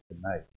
tonight